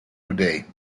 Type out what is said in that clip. today